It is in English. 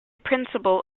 principle